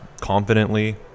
confidently